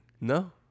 No